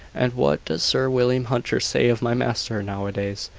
and what does sir william hunter say of my master, now-a-days?